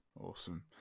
Awesome